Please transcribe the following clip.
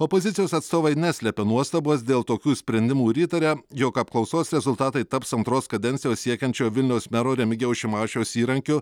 opozicijos atstovai neslepia nuostabos dėl tokių sprendimų ir įtaria jog apklausos rezultatai taps antros kadencijos siekiančio vilniaus mero remigijaus šimašiaus įrankiu